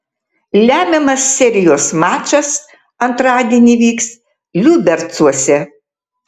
lemiamas serijos mačas antradienį vyks liubercuose